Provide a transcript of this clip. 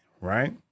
right